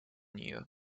нее